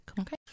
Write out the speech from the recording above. Okay